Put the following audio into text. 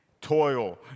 toil